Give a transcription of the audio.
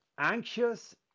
Anxious